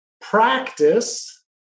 practice